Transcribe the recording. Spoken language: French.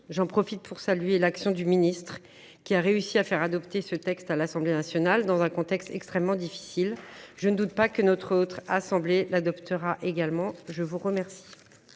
J’en profite pour saluer l’action de M. le ministre délégué, qui a réussi à faire adopter ce texte à l’Assemblée nationale, dans un contexte extrêmement difficile. Je ne doute pas que la Haute Assemblée l’adoptera également. La parole